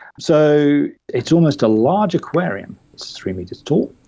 so it's almost a large aquarium, it's three metres tall,